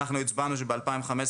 אנחנו הצבענו שב-2015,